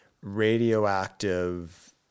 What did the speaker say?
radioactive